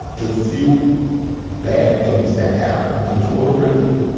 the few bad things that happened, which were horrific,